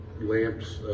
lamps